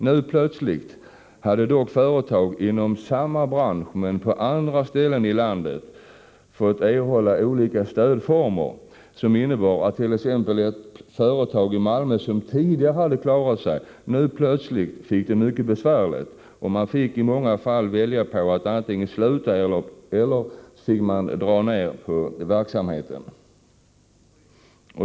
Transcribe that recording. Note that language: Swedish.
Nu plötsligt hade dock företag inom samma bransch men på andra ställen i landet fått olika stödformer som innebar att företag i t.ex. Malmö fick det mycket besvärligt och måste välja mellan att sluta eller att dra ned på verksamheten.